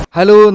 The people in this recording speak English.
Hello